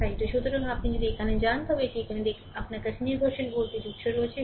তাই এটা সুতরাং আপনি যদি এখানে যান তবে এটি এখানে দেখতে এটি আপনার কাছে একটি নির্ভরশীল ভোল্টেজ উৎস রয়েছে